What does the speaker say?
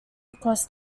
across